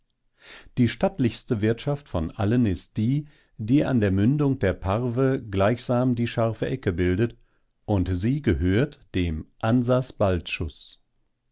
die stattlichste wirtschaft von allen ist die die an der mündung der parwe gleichsam die scharfe ecke bildet und sie gehört dem ansas